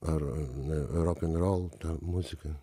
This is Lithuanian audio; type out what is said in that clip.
ar rokenrol muzika